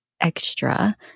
extra